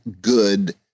good